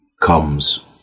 comes